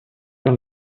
dans